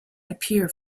appear